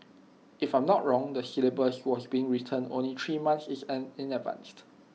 if I'm not wrong the syllabus was being written only three months is an in advanced